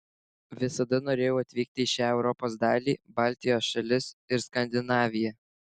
visada norėjau atvykti į šią europos dalį baltijos šalis ir skandinaviją